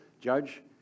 judge